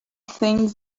things